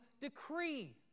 decree